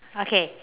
okay